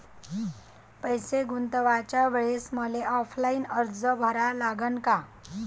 पैसे गुंतवाच्या वेळेसं मले ऑफलाईन अर्ज भरा लागन का?